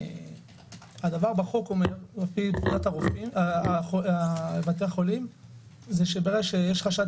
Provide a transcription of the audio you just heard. החוק אומר מבחינת בתי החולים שברגע שיש חשד